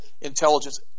intelligence